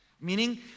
Meaning